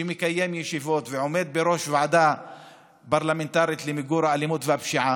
שמקיים ישיבות ועומד בראש ועדה פרלמנטרית למיגור האלימות והפשיעה.